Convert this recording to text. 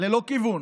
ללא כיוון,